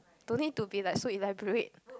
don't need to be like so elaborate